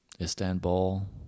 Istanbul